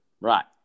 Right